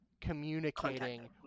communicating